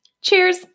cheers